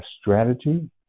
strategy